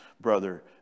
brother